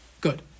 Good